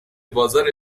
بازار